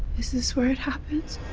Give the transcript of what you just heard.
is this where it happens?